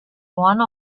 one